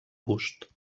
bust